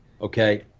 okay